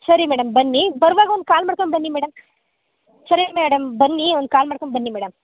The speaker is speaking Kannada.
ಸರಿ ಮೇಡಮ್ ಬನ್ನಿ ಬರುವಾಗ ಒಂದು ಕಾಲ್ ಮಾಡ್ಕೊಂಬನ್ನಿ ಮೇಡಮ್ ಸರಿ ಮೇಡಮ್ ಬನ್ನಿ ಒಂದು ಕಾಲ್ ಮಾಡ್ಕೊಂಬನ್ನಿ ಮೇಡಮ್